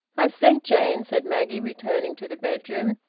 i've sent jane, said maggie, returning to the bedroom.